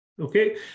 Okay